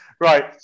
Right